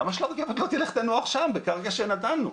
למה שהרכבת לא תלך ותנוח שם בקרקע שנתנו?